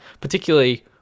particularly